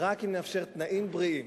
ורק אם נאפשר תנאים בריאים,